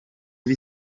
iba